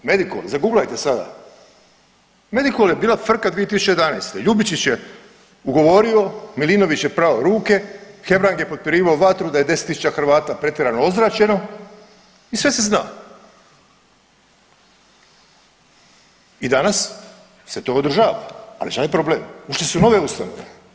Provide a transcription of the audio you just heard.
Medikol, zaguglajte sada, Medikol je bila frka 2011., Ljubičić je ugovorio, Milinović je prao ruke, Hebrang je potpirivao vatru da je 10 tisuća Hrvata pretjerano ozračeno i sve se zna i danas se to održava, ali šta je problem, ušli su u nove ustanove.